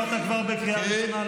אתה כבר בקריאה ראשונה,